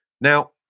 Now